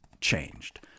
changed